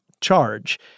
charge